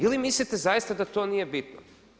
Ili mislite zaista da to nije bitno?